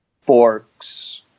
forks